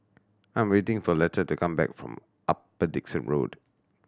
I am waiting for Leta to come back from Upper Dickson Road